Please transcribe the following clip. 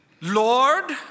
Lord